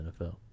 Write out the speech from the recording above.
NFL